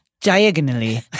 Diagonally